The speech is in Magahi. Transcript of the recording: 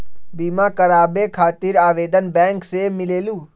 बिमा कराबे खातीर आवेदन बैंक से मिलेलु?